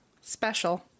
special